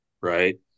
right